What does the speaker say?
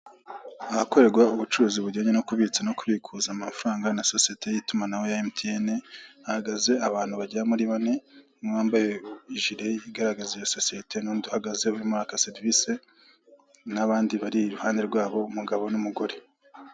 Ahakorerwa ubucuruzi bujyanye no kubitsa no kubikuza amafaranga na sosiyete y'itumanaho MTN, hahagaze abantu bagera muri bane, umwe wambaye ijire igaragaza iyo sosiyete n'undi uhagaze urimo uraka serivisi, n'abandi bari iruhande rwabo umugabo n'umugore.